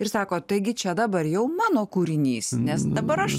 ir sako taigi čia dabar jau mano kūrinys nes dabar aš